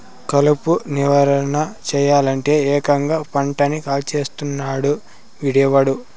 కలుపు నివారణ సెయ్యలంటే, ఏకంగా పంటని కాల్చేస్తున్నాడు వీడెవ్వడు